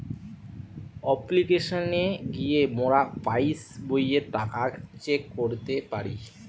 অপ্লিকেশনে গিয়ে মোরা পাস্ বইয়ের টাকা চেক করতে পারি